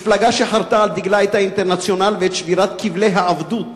מפלגה שחרתה על דגלה את "האינטרנציונל" ואת שבירת כבלי העבדות